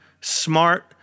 smart